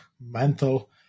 mental